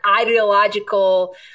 ideological